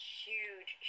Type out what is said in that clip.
huge